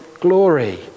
glory